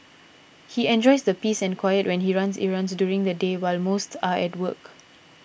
he enjoys the peace and quiet when he runs errands during the day while most are at work